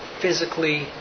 physically